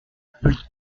plus